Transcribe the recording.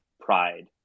pride